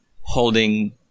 holding